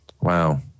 Wow